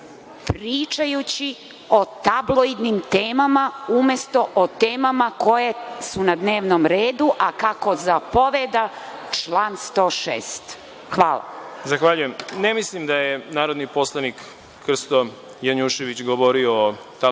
pričajući o tabloidnim temama umesto o temama koje su na dnevnom redu, a kako zapoveda član 106. Hvala. **Đorđe Milićević** Zahvaljujem. Ne mislim da je narodni poslanik Krsto Janjušević govorio o tabloidnim temama.